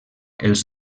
els